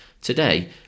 Today